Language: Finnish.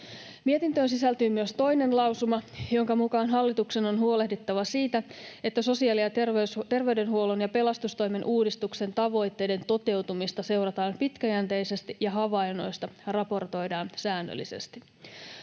Mietintöön sisältyy myös toinen lausuma, jonka mukaan hallituksen on huolehdittava siitä, että sosiaali- ja terveydenhuollon ja pelastustoimen uudistuksen tavoitteiden toteutumista seurataan pitkäjänteisesti ja havainnoista raportoidaan säännöllisesti.